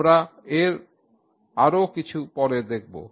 আমরা এর আরও কিছু পরে দেখব